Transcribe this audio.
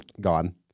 gone